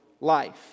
life